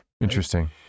Interesting